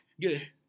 Good